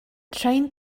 train